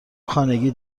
خانگی